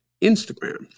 Instagram